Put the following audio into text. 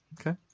Okay